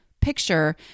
picture